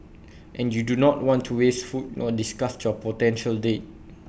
and you do not want to waste food nor disgust your potential date